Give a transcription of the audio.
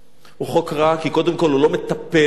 הוא חוק רע כי קודם כול הוא לא מטפל ואין